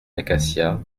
acacias